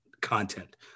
content